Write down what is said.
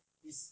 is